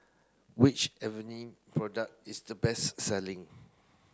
which Avene product is the best selling